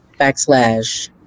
backslash